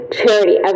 charity